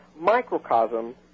microcosm